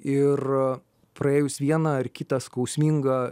ir praėjus vieną ar kitą skausmingą